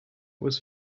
was